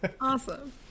Awesome